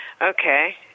Okay